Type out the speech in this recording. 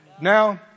Now